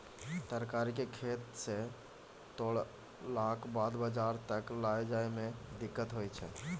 तरकारी केँ खेत सँ तोड़लाक बाद बजार तक लए जाए में दिक्कत होइ छै